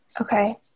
Okay